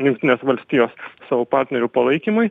jungtinės valstijos savo partnerių palaikymui